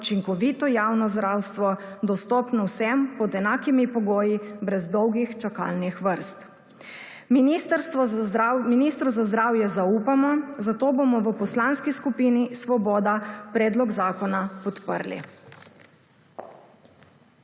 učinkovito javno zdravstvo dostopno vsem pod enakimi pogoji brez dolgih čakalnih vrst. Ministru za zdravje zaupamo, zato bomo v Poslanski skupini Svoboda predlog zakona podprli.